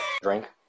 Drink